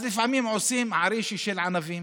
אז לפעמים עושים ערישה של ענבים,